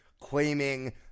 claiming